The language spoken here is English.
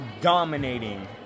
dominating